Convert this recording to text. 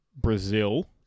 Brazil